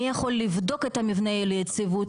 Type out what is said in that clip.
כלומר מי יכול לבדוק את יציבות המבנה,